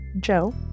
Joe